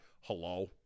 hello